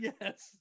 Yes